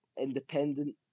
independent